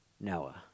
Noah